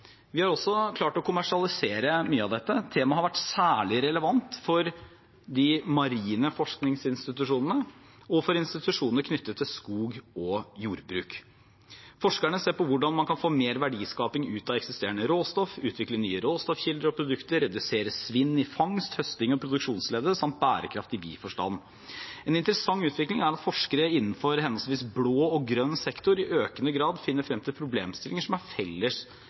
Vi har også klart å kommersialisere mye av dette. Temaet har vært særlig relevant for de marine forskningsinstitusjonene og for institusjoner knyttet til skog- og jordbruk. Forskerne ser på hvordan man kan få mer verdiskaping ut av eksisterende råstoff, utvikle nye råstoffkilder og produkter, redusere svinn i fangst, høsting og produksjonsleddet, samt bærekraft i vid forstand. En interessant utvikling er at forskere innenfor henholdsvis blå og grønn sektor i økende grad finner frem til problemstillinger som er felles